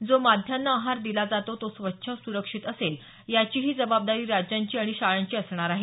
जो माध्यान्ह आहार दिला जातो तो स्वच्छ सुरक्षित असेल याचीही जबाबदारी राज्यांची आणि शाळांची असणार आहे